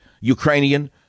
Ukrainian